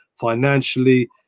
financially